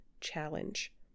challenge